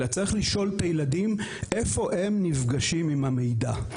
אלא צריך לשאול את הילדים איפה הם נפגשים עם המידע,